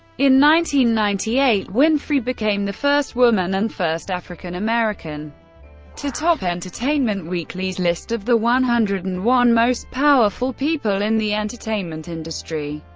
ninety ninety eight, winfrey became the first woman and first african american to top entertainment weeklys list of the one hundred and one most powerful people in the entertainment industry.